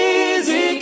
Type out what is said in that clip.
easy